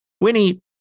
Winnie